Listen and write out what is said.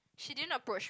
she didn't approach